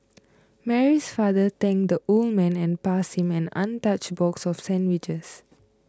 Mary's father thanked the old man and passed him an untouched box of sandwiches